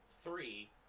three